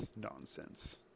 nonsense